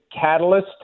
catalyst